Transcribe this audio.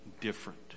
different